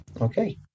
Okay